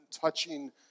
touching